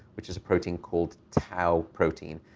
which is a protein called tau protein.